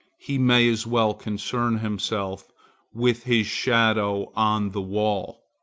he may as well concern himself with his shadow on the wall.